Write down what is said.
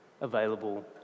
available